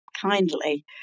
kindly